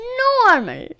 normal